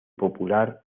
popular